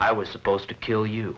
i was supposed to kill you